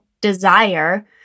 desire